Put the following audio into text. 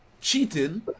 cheating